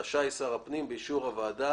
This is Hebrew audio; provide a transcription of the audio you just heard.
רשאי שר הפנים באישור הוועדה